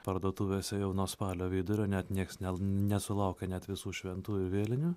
parduotuvėse jau nuo spalio vidurio net nieks nesulaukia net visų šventųjų vėlinių